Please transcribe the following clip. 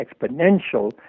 exponential